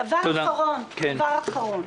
דבר אחרון,